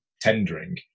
tendering